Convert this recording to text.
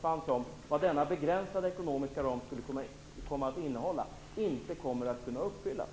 fanns om vad denna ekonomiska ram skulle komma att innehålla inte kommer att kunna infrias.